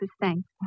thanks